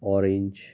orange